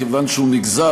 כיוון שהוא נגזר,